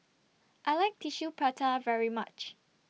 I like Tissue Prata very much